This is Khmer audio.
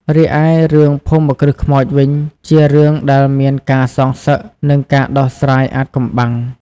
រីឯរឿងភូមិគ្រឹះខ្មោចវិញ ជារឿងដែលមានការសងសឹក និងការដោះស្រាយអាថ៌កំបាំង។